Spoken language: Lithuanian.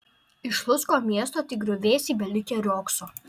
iš lucko miesto tik griuvėsiai belikę riogso